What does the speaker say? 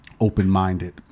open-minded